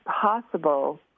possible